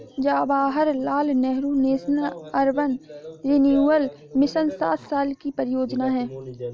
Jawaharlal Nehru national urban renewal mission सात साल की परियोजना है